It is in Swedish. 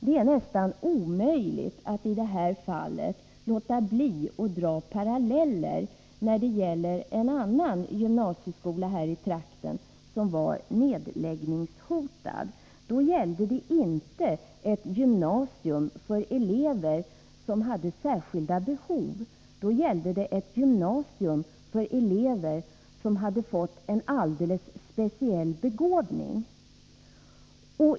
Det är nästan omöjligt att i det här fallet låta bli att dra paralleller med en annan gymnasieskola här i trakten som var nedläggningshotad. Då gällde det inte ett gymnasium för elever som hade särskilda behov. Då gällde det ett gymnasium för elever som hade fått en alldeles speciell begåvning.